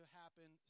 happen